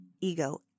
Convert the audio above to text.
ego